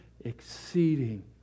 exceeding